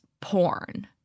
porn